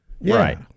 Right